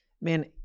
man